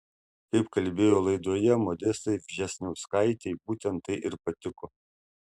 kaip kalbėjo laidoje modestai vžesniauskaitei būtent tai ir patiko